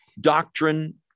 doctrine